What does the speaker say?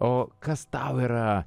o kas tau yra